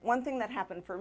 one thing that happened for